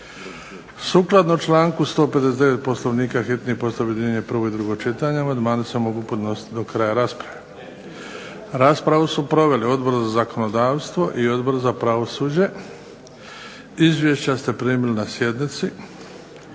Sukladno članku 159 Poslovnika hitni postupak objedinjuje prvo i drugo čitanje, amandmani se mogu podnositi do kraja rasprave. Raspravu su proveli Odbor za zakonodavstvo i Odbor za pravosuđe. Izvješća ste primili na sjednici.